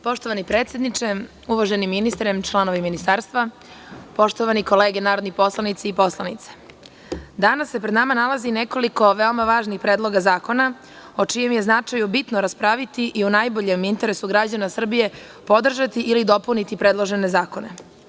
Poštovani predsedniče, uvaženi ministre, članovi Ministarstva, poštovane kolege narodni poslanici i poslanice, danas se pred nama nalazi nekoliko veoma važnih predloga zakona o čijem je značaju bitno raspraviti i u najboljem interesu građana Srbije podržati ili dopuniti predložene zakone.